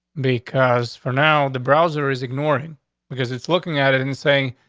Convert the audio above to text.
because for now, the browser is ignoring because it's looking at it and saying,